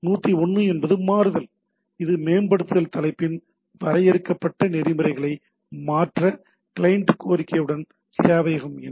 101 என்பது மாறுதல் இது மேம்படுத்தல் தலைப்பில் வரையறுக்கப்பட்ட நெறிமுறைகளை மாற்ற கிளையன்ட் கோரிக்கையுடன் சேவையகம் இணங்குகிறது